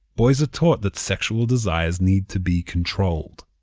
boys are taught that sexual desires need to be controlled.